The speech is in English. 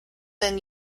been